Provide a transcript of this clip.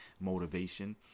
motivation